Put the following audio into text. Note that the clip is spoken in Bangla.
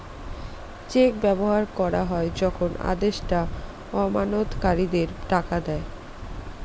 চেক ব্যবহার করা হয় যখন আদেষ্টা আমানতকারীদের টাকা দেয়